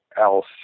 else